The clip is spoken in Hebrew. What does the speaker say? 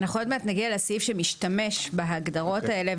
אנחנו עוד מעט נגיע לסעיף שמשתמש בהגדרות האלה,